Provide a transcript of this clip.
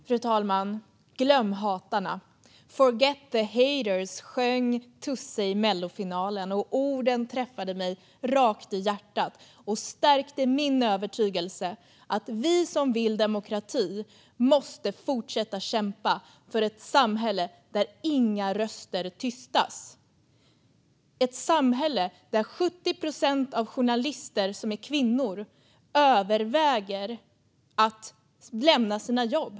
Fru talman! Glöm hatarna! Forget the haters! Så sjöng Tusse i mellofinalen. Orden träffade mig rakt i hjärtat och stärkte min övertygelse att vi som vill demokrati måste fortsätta att kämpa för ett samhälle där inga röster tystas. Det är ett samhälle där 70 procent av journalister som är kvinnor överväger att lämna sina jobb.